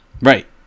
Right